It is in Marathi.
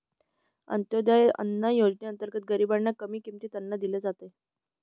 अंत्योदय अन्न योजनेअंतर्गत गरीबांना कमी किमतीत अन्न दिले जाते